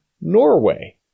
Norway